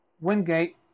Wingate